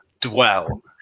dwell